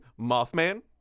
Mothman